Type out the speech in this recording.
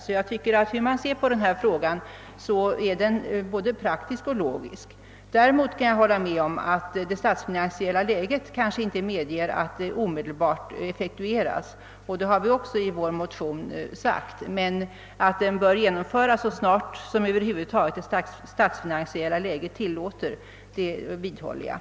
Därför tycker jag att vårt förslag är både praktiskt och logiskt. Däremot kan jag hålla med om att det statsfinansiella läget måhända inte medger att förslaget omedelbart effektueras. Detta har vi också framhållit i vår motion, men jag vidhåller att ändringen bör genomföras så snart det statsfinansiella läget över huvud taget medger det.